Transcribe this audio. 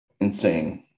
insane